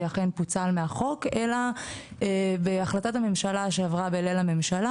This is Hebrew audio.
שאכן פוצל מהחוק אלא בהחלטת הממשלה שעברה בממשלה,